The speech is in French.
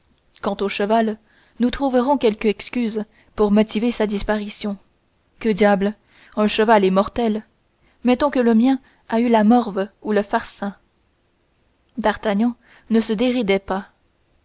quant au cheval nous trouverons quelque excuse pour motiver sa disparition que diable un cheval est mortel mettons que le mien a eu la morve ou le farcin d'artagnan ne se déridait pas